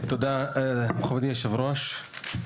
תודה כבוד היושב-ראש.